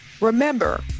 Remember